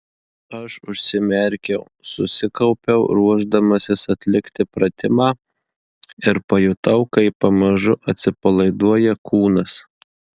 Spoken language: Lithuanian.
aš užsimerkiau susikaupiau ruošdamasis atlikti pratimą ir pajutau kaip pamažu atsipalaiduoja kūnas